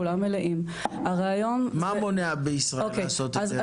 מה מונע בישראל לעשות את זה?